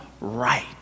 right